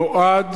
נועד